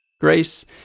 Grace